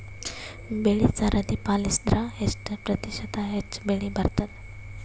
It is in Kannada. ಬೆಳಿ ಸರದಿ ಪಾಲಸಿದರ ಎಷ್ಟ ಪ್ರತಿಶತ ಹೆಚ್ಚ ಬೆಳಿ ಬರತದ?